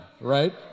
right